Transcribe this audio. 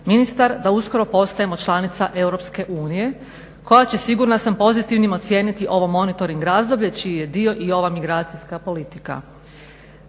ministar, da uskoro postajemo članica EU koja će sigurna sam pozitivnim ocijeniti ovo monitoring razdoblje čiji je dio i ova migracijska politika.